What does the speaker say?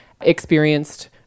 experienced